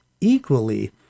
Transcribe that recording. equally